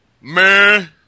man